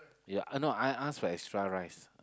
ya I no I ask for extra rice